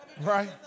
Right